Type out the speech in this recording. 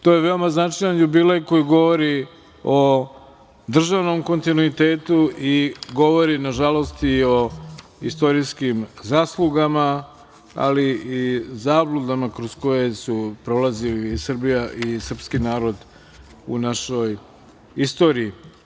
To je veoma značajan jubilej koji govori o državnom kontinuitetu i govori, nažalost, i o istorijskim zaslugama, ali i zabludama kroz koje su prolazile Srbija i srpski narod u našoj istoriji.